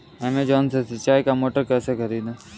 Amazon से सिंचाई का मोटर कैसे खरीदें?